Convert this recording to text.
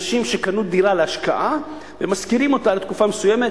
אנשים שקנו דירה להשקעה ומשכירים אותה לתקופה מסוימת,